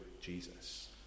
Jesus